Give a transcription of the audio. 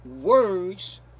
words